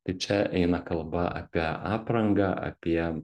tai čia eina kalba apie aprangą apie